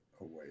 away